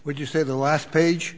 would you say the last page